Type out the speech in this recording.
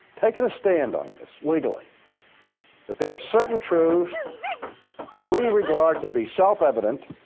taken a stand on this legally that there are certain truths that we regard to be self-evident